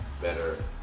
better